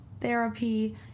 therapy